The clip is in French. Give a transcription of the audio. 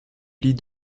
lit